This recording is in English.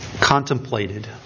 contemplated